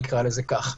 נקרא לזה כך,